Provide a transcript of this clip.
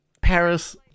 Paris